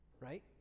Right